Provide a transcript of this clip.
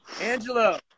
Angelo